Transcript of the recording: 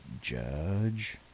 judge